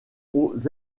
aux